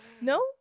No